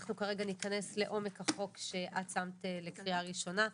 אנחנו כרגע נכנס לעומק החוק שאת שמת לקריאה ראשונה.